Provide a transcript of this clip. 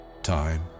time